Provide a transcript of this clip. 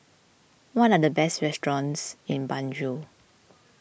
what are the best restaurants in Banjul